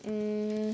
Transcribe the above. hmm